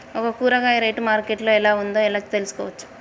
ఒక కూరగాయ rate market లో ఎలా ఉందో ఎలా తెలుసుకోవచ్చు?